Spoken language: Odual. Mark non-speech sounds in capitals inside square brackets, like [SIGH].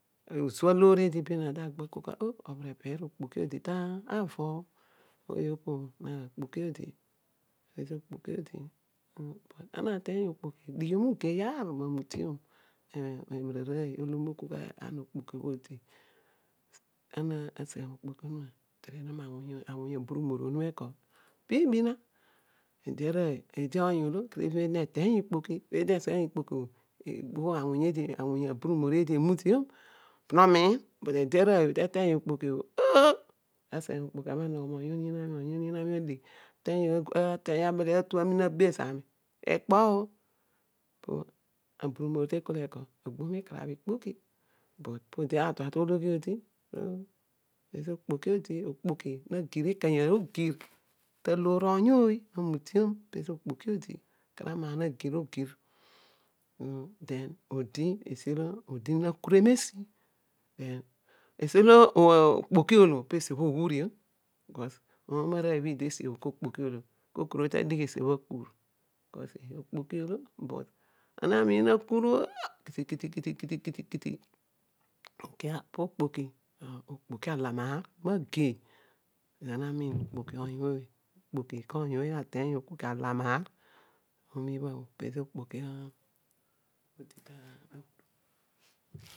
[UNINTELLIGIBLE] To kol kua oh obhere teer okpoki odi tavo or ooy opo bho okpoki odi odi okpoki odi ana na teeny okpoki dighiom ugei naa amutiom amaar arooy ologhom okol ana okpoki bho odi ana seghe okpoki bho odi ana seghe okpoki at anom aburumor onuma oko pi iibi na ede arooy eedi oony olo kedio ateeny ikpoki, podi oseghe okpoki bho abhel otren aburumor odi osoghe eboghom awuny aburumor odi, but ede arooy bho teteeny okpoki oh aami ta pel oony oniin oony atu apu zami, amina abe zami ikpo oh po aburu mor obho te kol eko agbo mikarabh ikpoki pezo odo tatua tologhi odi, pezo okpoki odi [UNINTELLIGIBLE] kiti kiti kiti po okpoki ala maar magei ana okpoki noony oony ooy ateeny ikpoki ala maar omo ibha bho pezo okpoki odi kezo.